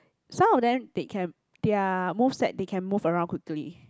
some of them they can their most set they can move around quickly